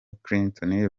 clinton